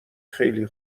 خیلی